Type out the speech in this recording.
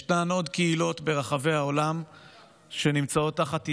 ישנן עוד קהילות ברחבי העולם שנמצאות תחת איום,